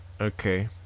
Okay